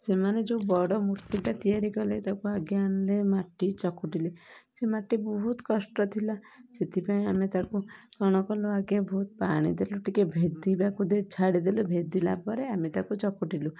ସେମାନେ ଯେଉଁ ବଡ଼ ମୂର୍ତ୍ତିଟା ତିଆରି କଲେ ତାକୁ ଆଗେ ଆଣଲେ ମାଟି ଚକଟିଲେ ସେ ମାଟି ବହୁତ କଷ୍ଟ ଥିଲା ସେଥିପାଇଁ ଆମେ ତାକୁ କ'ଣ କଲୁ ଆଗେ ବହୁତ ପାଣି ଦେଲୁ ଟିକେ ଭେଦିବାକୁ ଦେଇ ଛାଡ଼ିଦେଲୁ ଭେଦିଲା ପରେ ଆମେ ତାକୁ ଚକଟିଲୁ